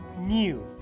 new